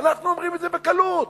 ואנחנו אומרים את זה בקלות,